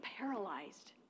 paralyzed